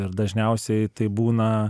ir dažniausiai tai būna